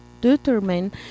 Determine